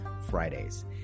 fridays